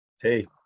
Hey